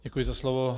Děkuji za slovo.